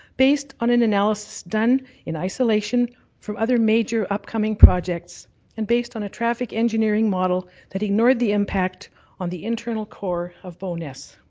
based on and analysis done in isolation from other major upcoming projects and based on a traffic engineering model that ignored the impact on the internal core of bowness.